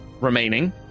remaining